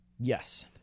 Yes